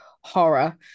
horror